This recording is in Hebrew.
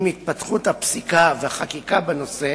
עם התפתחות הפסיקה והחקיקה בנושא,